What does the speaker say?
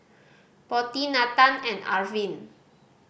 Potti Nathan and Arvind